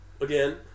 Again